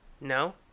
No